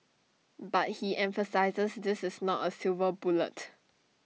but he emphasises this is not A silver bullet